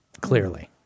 clearly